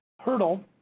hurdle